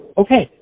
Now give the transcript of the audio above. okay